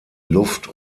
luft